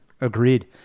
agreed